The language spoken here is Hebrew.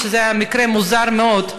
זה היה מקרה מוזר מאוד,